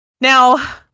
Now